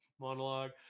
monologue